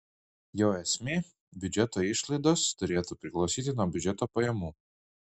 jo esmė biudžeto išlaidos turėtų priklausyti nuo biudžeto pajamų